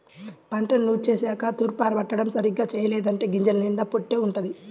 పంటను నూర్చేశాక తూర్పారబట్టడం సరిగ్గా చెయ్యలేదంటే గింజల నిండా పొట్టే వుంటది